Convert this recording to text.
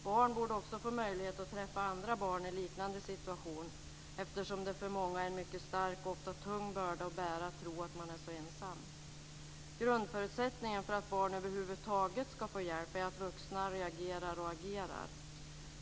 Barn borde också få möjlighet att träffa andra barn i liknande situation eftersom det för många är en mycket stark och ofta tung börda att bära att tro att man är så ensam. Grundförutsättningen för att barn över huvud taget ska få hjälp är att vuxna reagerar och agerar.